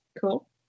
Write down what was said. cool